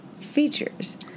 features